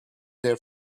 their